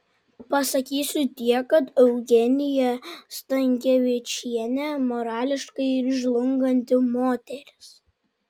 pasakysiu tiek kad eugenija stankevičienė morališkai žlunganti moteris